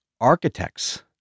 architects